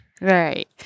Right